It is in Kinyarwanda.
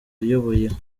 nayoboye